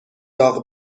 داغ